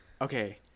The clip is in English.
okay